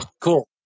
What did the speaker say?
Cool